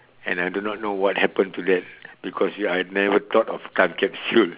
and I do not know what happen to that because I never thought of time capsule